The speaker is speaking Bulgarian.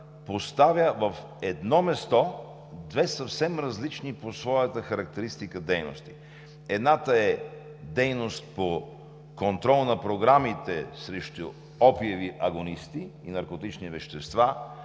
поставя на едно място две съвсем различни по своята характеристика дейности? Едната дейност е по контрола на програмите срещу опиеви агонисти и наркотични вещества,